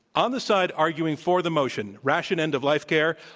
on the side arguing for the motion, ration end-of-life care,